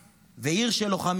עיר של אהבה ועיר של לוחמים.